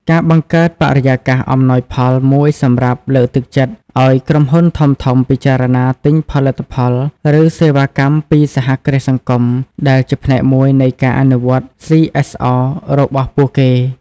ការបង្កើតបរិយាកាសអំណោយផលមួយសម្រាប់លើកទឹកចិត្តឱ្យក្រុមហ៊ុនធំៗ ពិចារណាទិញផលិតផល ឬសេវាកម្មពីសហគ្រាសសង្គមដែលជាផ្នែកមួយនៃការអនុវត្ត សុី អេស អរ របស់ពួកគេ ។